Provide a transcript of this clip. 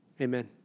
amen